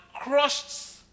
crushed